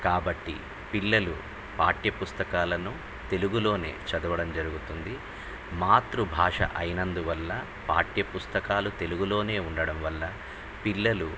కాబట్టి పిల్లలు పాఠ్యపుస్తకాలను తెలుగులోనే చదవడం జరుగుతుంది మాతృభాష అయినందు వల్ల పాఠ్యపుస్తకాలు తెలుగులోనే ఉండడం వల్ల పిల్లలు